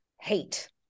hate